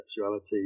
sexuality